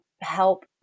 help